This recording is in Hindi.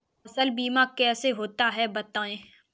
फसल बीमा कैसे होता है बताएँ?